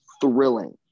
thrilling